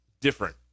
different